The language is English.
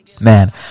man